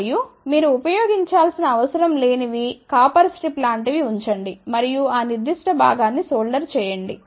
మరియు మీరు ఉపయోగించాల్సిన అవసరం లేని వి కాపర్ స్ట్రిప్ లాంటివి ఉంచండి మరియు ఆ నిర్దిష్ట భాగాన్ని సోల్టర్ చేయండి